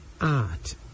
art